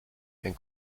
and